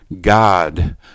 god